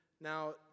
now